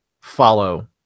follow